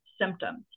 symptoms